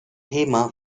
thema